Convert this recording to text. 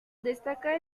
destaca